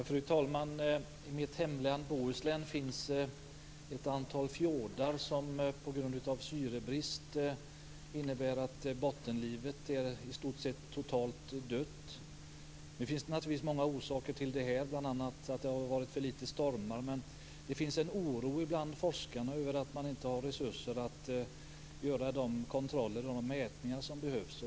Fru talman! I mitt hemlän Bohuslän finns ett antal fjordar där bottenlivet i stort sett är totalt dött på grund av syrebrist. Nu finns det naturligtvis många orsaker till det, bl.a. att det har varit för få stormar. Det finns en oro bland forskarna över att man inte har resurser att göra de kontroller och mätningar som behövs.